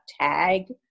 tag